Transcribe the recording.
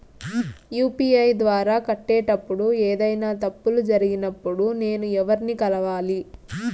UPI ద్వారా కట్టేటప్పుడు ఏదైనా తప్పులు జరిగినప్పుడు నేను ఎవర్ని కలవాలి?